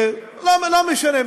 לא משנה,